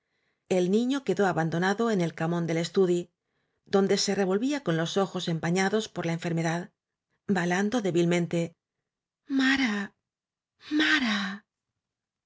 el niño quedó abandonado en el camón del estudi donde se revolvía con los ojos em pañados por la enfermedad balando débilmen te mare mare